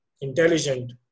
intelligent